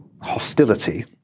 hostility